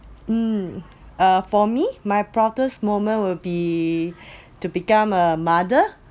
um uh for me my proudest moment will be to become a mother